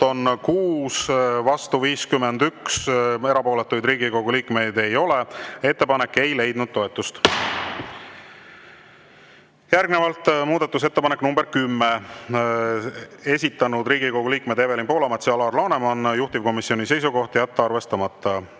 on 6, vastu 51, erapooletuid Riigikogu liikmeid ei ole. Ettepanek ei leidnud toetust. Järgnevalt muudatusettepanek nr 10, esitanud Riigikogu liikmed Evelin Poolamets ja Alar Laneman, juhtivkomisjoni seisukoht on jätta arvestamata.